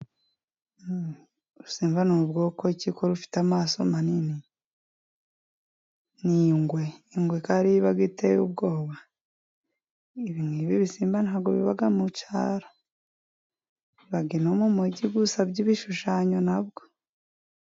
Uru rushimba ni bwoko ki ko rufite amaso manini? Ni ingwe, ingwe ko ari iba iteye ubwoba? Nk'ibi bisimba ntabwo biba mu cyaro. Biba inaha mu mujyi gusa by'ibishushanyo nabwo.